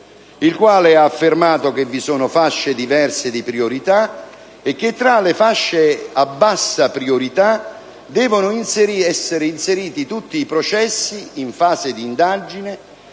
il quale ha affermato che vi sono fasce diverse di priorità e che tra quelle a bassa priorità devono essere inseriti tutti i processi in fase di indagine